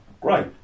great